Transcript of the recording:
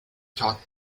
taught